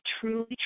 truly